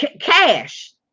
Cash